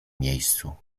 miejscu